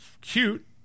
cute